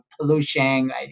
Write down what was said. pollution